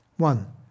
One